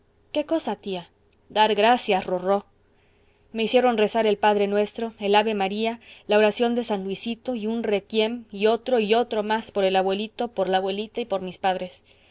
qué cosa tía dar gracias rorró me hicieron rezar el padre nuestro el ave maría la oración de san luisito y un requiem y otro y otro más por el abuelito por la abuelita y por mis padres